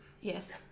Yes